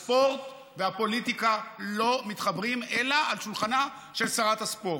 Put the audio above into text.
הספורט והפוליטיקה לא מתחברים אלא על שולחנה של שרת הספורט.